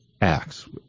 acts